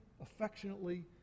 affectionately